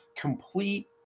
complete